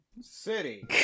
city